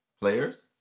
players